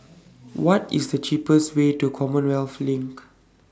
What IS The cheapest Way to Commonwealth LINK